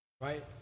right